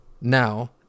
Now